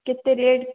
କେତେ ରେଟ୍